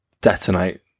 detonate